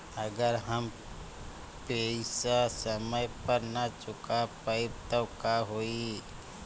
अगर हम पेईसा समय पर ना चुका पाईब त का होई?